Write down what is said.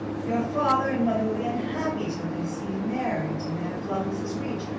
your father and mother will be unhappy till they see you married, and out of lovelace's reach.